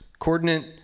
Coordinate